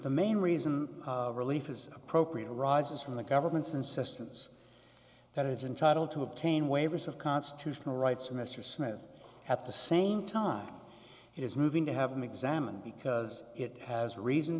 the main reason relief is appropriate arises from the government's insistence that it is entitled to obtain waivers of constitutional rights to mr smith at the same time it is moving to have him examined because it has reason